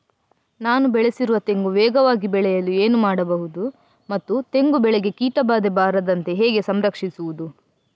ನಾನು ಬೆಳೆಸಿರುವ ತೆಂಗು ವೇಗವಾಗಿ ಬೆಳೆಯಲು ಏನು ಮಾಡಬಹುದು ಮತ್ತು ತೆಂಗು ಬೆಳೆಗೆ ಕೀಟಬಾಧೆ ಬಾರದಂತೆ ಹೇಗೆ ಸಂರಕ್ಷಿಸುವುದು?